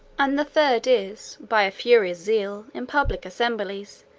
and the third is, by a furious zeal, in public assemblies,